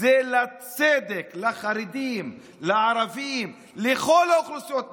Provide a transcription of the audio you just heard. זה לצדק, לחרדים, לערבים, לכל האוכלוסיות במדינה.